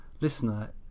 Listener